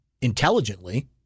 intelligently